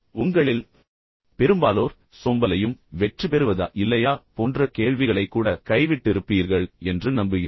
உங்களில் பெரும்பாலோர் இந்த நேரத்தில் சோம்பலையும் பின்னர் வெற்றிபெறுவதா இல்லையா போன்ற கேள்விகளை கூட கைவிட்டிருப்பீர்கள் என்று நம்புகிறேன்